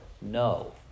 No